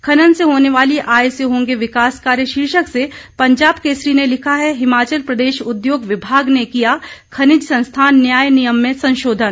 खनन से होने वाली आय से होंगे विकास कार्य शीर्षक से पंजाब केसरी ने लिखा है हिमाचल प्रदेश उद्योग विभाग ने किया खनिज संस्थान न्याय नियम में संशोधन